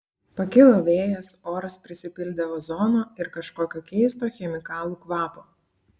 pakilo vėjas oras prisipildė ozono ir kažkokio keisto chemikalų kvapo